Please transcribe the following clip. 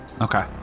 Okay